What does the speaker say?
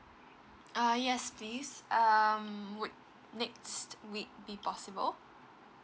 err yes please um would next week be possible